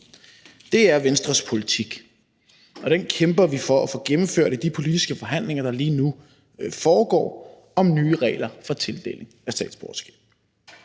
Det er Venstres politik, og den kæmper vi for at få gennemført i de politiske forhandlinger, der lige nu foregår, om nye regler for tildeling af statsborgerskab.